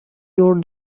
your